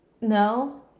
No